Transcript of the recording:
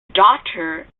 daughter